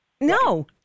no